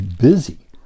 busy